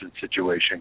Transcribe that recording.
situation